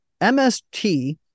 mst